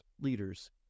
leaders